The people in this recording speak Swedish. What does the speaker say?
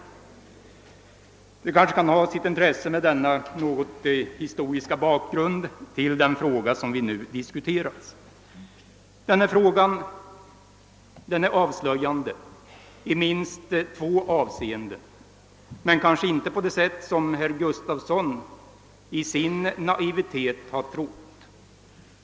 Denna historiska bakgrund till den fråga vi nu diskuterar kan kanske ha sitt intresse. Herr Gustavssons i Alvesta fråga är avslöjande i minst två avseenden, men kanhända inte på det sätt som herr Gustavsson i sin naivitet har trott.